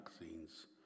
vaccines